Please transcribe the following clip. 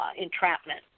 entrapment